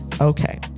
Okay